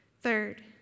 Third